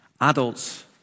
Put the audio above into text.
adults